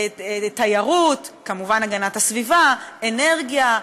תיירות, כמובן הגנת הסביבה, אנרגיה,